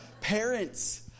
Parents